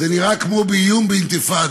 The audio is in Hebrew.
זה נראה כמו איום באינתיפאדה.